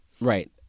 Right